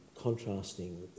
contrasting